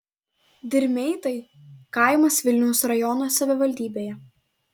dirmeitai kaimas vilniaus rajono savivaldybėje